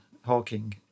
Hawking